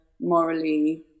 morally